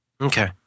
okay